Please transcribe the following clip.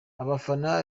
abafana